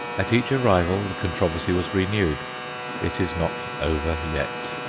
at each arrival the controversy was renewed it is not over yet.